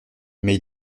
mais